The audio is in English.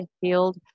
field